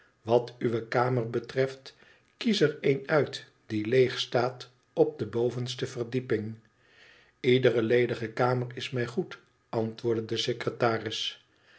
wat uwe kamer betreft kies er een uit die leeg staat op de bovenste verdieping ledere ledige kamer is mij goed antwoordde de secretaris